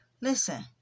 Listen